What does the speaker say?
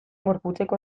gorputzeko